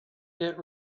get